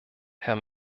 herr